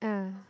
yeah